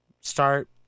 start